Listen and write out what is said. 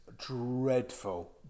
dreadful